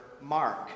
Mark